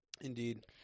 Indeed